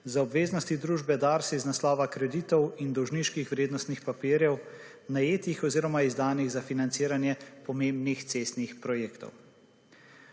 za obveznosti družbe Dars iz naslova kreditov in dolžniških vrednostnih papirjev najetih oziroma izdanih za financiranje pomembnih cestnih projektov.